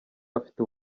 afite